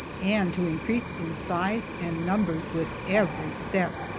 and to increase in size and numbers with every step.